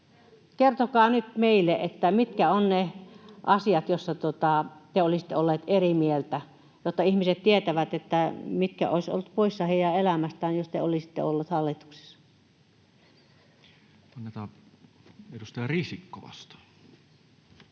Kertokaa nyt meille, mitkä ovat ne asiat, joissa te olisitte olleet eri mieltä, jotta ihmiset tietävät, mitkä olisivat olleet poissa heidän elämästään, jos te olisitte olleet hallituksessa. [Speech 360] Speaker: Toinen